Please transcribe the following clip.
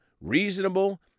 reasonable